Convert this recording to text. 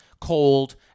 cold